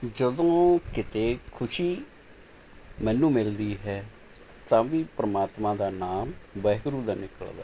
ਜਦੋਂ ਕਿਤੇ ਖੁਸ਼ੀ ਮੈਨੂੰ ਮਿਲਦੀ ਹੈ ਤਾਂ ਵੀ ਪਰਮਾਤਮਾ ਦਾ ਨਾਮ ਵਾਹਿਗੁਰੂ ਦਾ ਨਿਕਲਦਾ ਹੈ